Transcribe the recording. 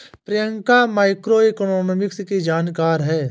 Priyanka macroeconomics की जानकार है